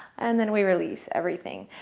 and then we release everything.